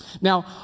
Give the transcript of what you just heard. Now